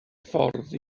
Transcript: ffordd